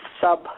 sub-